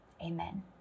amen